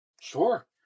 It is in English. Sure